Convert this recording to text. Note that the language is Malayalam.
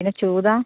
പിന്നെ ചൂത